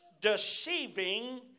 deceiving